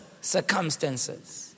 circumstances